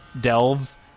Delves